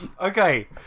Okay